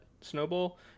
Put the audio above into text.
snowball